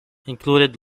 included